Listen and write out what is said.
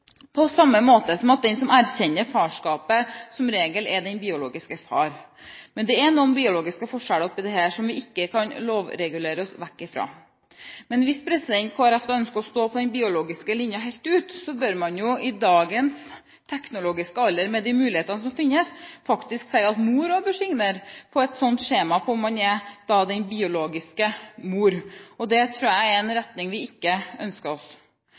på samme måte som at den som erkjenner farskapet, som regel er den biologiske far. Men det er noen biologiske forskjeller her som vi ikke kan lovregulere oss bort fra. Men hvis Kristelig Folkeparti ønsker å stå på den biologiske linja helt ut, bør man jo – i dagens teknologiske alder, med de mulighetene som finnes – faktisk si at også mor bør signere på et skjema for at man er den biologiske mor. Det tror jeg er en retning vi ikke ønsker oss.